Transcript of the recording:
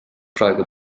praegu